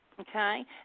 okay